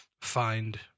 find